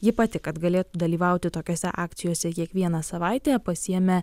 ji pati kad galėtų dalyvauti tokiose akcijose kiekvieną savaitę pasiėmė